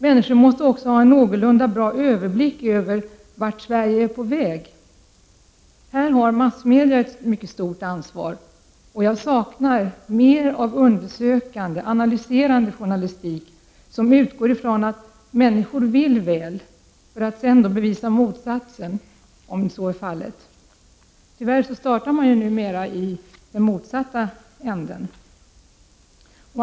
Människorna måste också ha en någorlunda bra överblick över vart Sve rige är på väg. Här har massmedia ett mycket stort ansvar. Jag skulle vilja ha mer av undersökande och analyserande journalistik, som utgår ifrån att människor vill väl, men som bevisar motsatsen om det behövs. Tyvärr startar man numera ofta från motsatt håll.